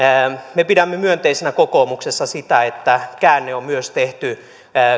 me pidämme myönteisenä kokoomuksessa sitä että on tehty käänne myös